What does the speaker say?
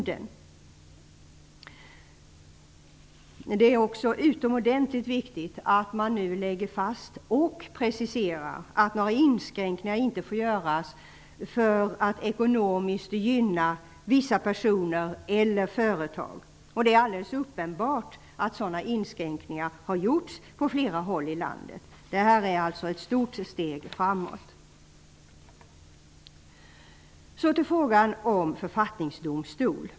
Det är också utomordentligt viktigt att man nu lägger fast och preciserar att inga inskränkningar får göras för att ekonomiskt gynna vissa personer eller företag. Det är alldeles uppenbart att sådana inskränkningar har gjorts på flera håll i landet. Detta är alltså ett stort steg framåt. Så till frågan om författningsdomstol.